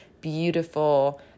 beautiful